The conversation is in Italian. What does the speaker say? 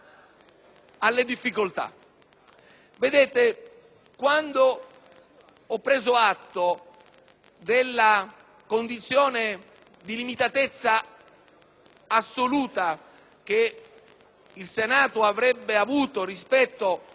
Quando ho preso atto della condizione di limitatezza assoluta che il Senato avrebbe avuto rispetto